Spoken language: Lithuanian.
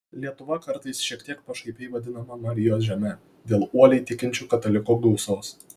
lietuva kartais šiek tiek pašaipiai vadinama marijos žeme dėl uoliai tikinčių katalikų gausos